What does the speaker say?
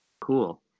Cool